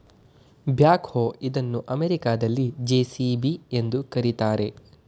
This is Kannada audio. ಬ್ಯಾಕ್ ಹೋ ಇದನ್ನು ಅಮೆರಿಕದಲ್ಲಿ ಜೆ.ಸಿ.ಬಿ ಎಂದು ಕರಿತಾರೆ